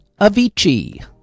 Avicii